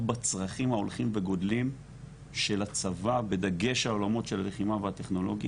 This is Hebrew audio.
בצרכים ההולכים וגדלים של הצבא בדגש על עולמות של הלחימה והטכנולוגיה